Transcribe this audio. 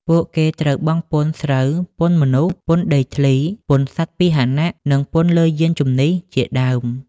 ពួកគេត្រូវបង់ពន្ធស្រូវ ពន្ធមនុស្ស ពន្ធដីធ្លី ពន្ធសត្វពាហនៈ និងពន្ធលើយានជំនិះជាដើម។